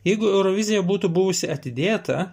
jeigu eurovizija būtų buvusi atidėta